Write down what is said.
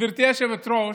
גברתי היושבת-ראש,